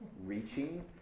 reaching